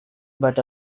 but